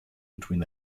between